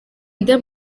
nde